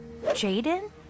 Jaden